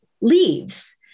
leaves